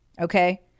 Okay